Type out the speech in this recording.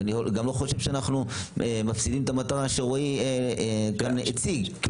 ואני גם לא חושב שאנחנמ פסידים את המטרה שרועי כאן הציג,